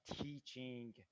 teaching